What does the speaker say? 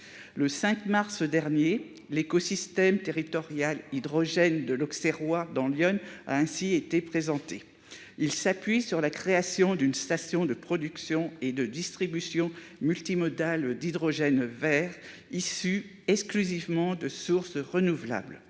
Le 5 mars dernier, l'écosystème territorial hydrogène de l'Auxerrois, dans l'Yonne, a ainsi été présenté. Il s'appuie sur la création d'une station de production et de distribution multimodale d'hydrogène vert, issu exclusivement de sources renouvelables.